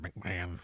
McMahon